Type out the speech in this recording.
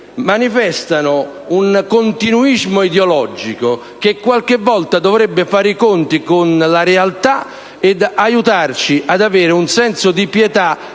manifestano un continuismo ideologico che qualche volta dovrebbe fare i conti con la realtà e aiutarci ad avere un senso di pietà,